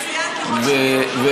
מצוין ככל שיהיה.